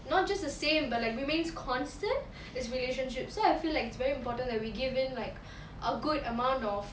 not just the same but like remains constant is relationship so I feel like it's very important that we give in like a good amount of